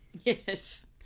Yes